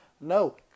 No